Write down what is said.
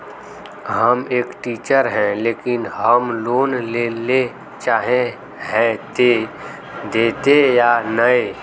हम एक टीचर है लेकिन हम लोन लेले चाहे है ते देते या नय?